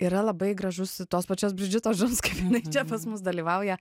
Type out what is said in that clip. yra labai gražus tos pačios bridžitos džouns kaip jinai čia pas mus dalyvauja